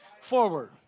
forward